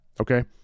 Okay